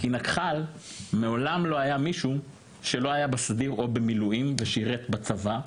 כי בנקח"ל מעולם לא היה מישהו שלא היה בסדיר או במילואים ושירת בצבא,